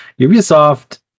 Ubisoft